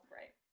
right